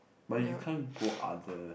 but you can't go other